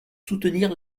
soutenir